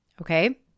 Okay